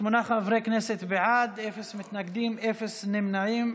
שמונה חברי כנסת בעד, אפס מתנגדים, אפס נמנעים.